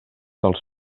dels